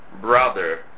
brother